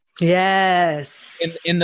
Yes